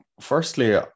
firstly